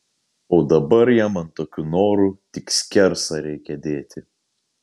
o dabar jam ant tokių norų tik skersą reikia dėti